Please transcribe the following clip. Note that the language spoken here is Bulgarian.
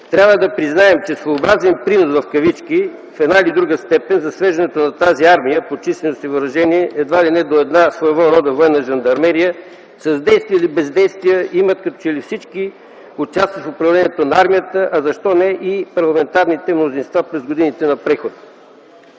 трябва да признаем, че „своеобразен принос” в една или друга степен за свеждането на тази армия по численост и въоръжение едва ли не до една своего рода военна жандармерия, с действия или бездействия имат като че ли всички участващи в управлението на армията, а защо не и парламентарните мнозинства през годините на прехода.